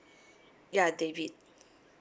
ya david